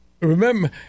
Remember